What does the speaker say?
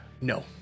No